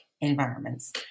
environments